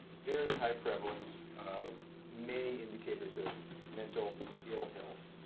very high prevalence of many indicators of mental ill health.